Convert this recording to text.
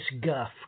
guff